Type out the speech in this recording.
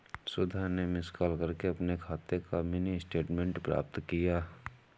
सुधा ने miss call करके अपने खाते का मिनी स्टेटमेंट प्राप्त किया